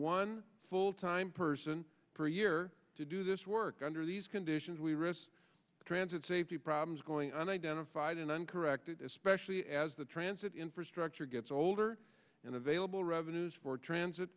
one full time person per year to do this work under these conditions we risk transit safety problems going on identified and uncorrected especially as the transit infrastructure gets older and available revenues for transit